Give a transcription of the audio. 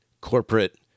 corporate